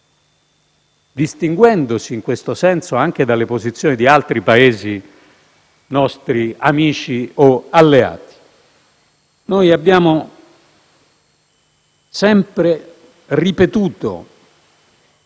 distinguendosi in questo senso anche dalle posizioni di altri Paesi nostri amici o alleati. Abbiamo sempre ripetuto